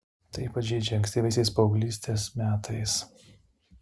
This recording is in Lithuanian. tai ypač žeidė ankstyvaisiais paauglystės metais